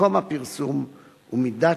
מקום הפרסום ומידת